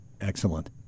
Excellent